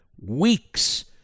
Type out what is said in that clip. weeks